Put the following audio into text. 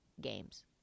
games